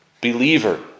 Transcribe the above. Believer